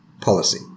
policy